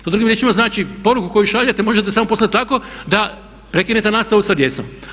To drugim riječima znači, poruku koju šaljete možete samo poslati tako da prekinete nastavu sa djecom.